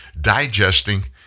digesting